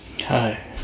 hi